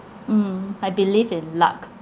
mm I believe in luck